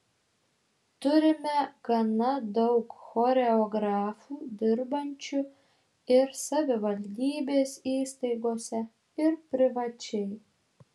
turime gana daug choreografų dirbančių ir savivaldybės įstaigose ir privačiai